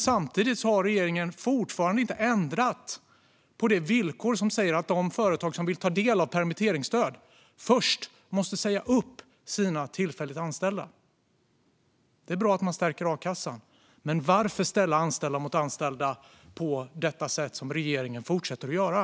Samtidigt har regeringen fortfarande inte ändrat på det villkor som säger att de företag som vill ta del av permitteringsstöd först måste säga upp sina tillfälligt anställda. Det är bra att a-kassan stärks, men varför ställa anställda mot anställda på det sätt som regeringen fortsätter att göra?